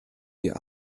ihr